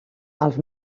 els